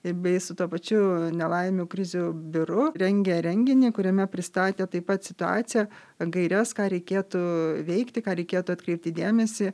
ir bei su tuo pačiu nelaimių krizių biuru rengia renginį kuriame pristatė taip pat situaciją gaires ką reikėtų veikti ką reikėtų atkreipti dėmesį